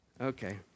Okay